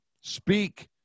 Speak